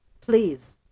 Please